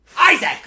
Isaac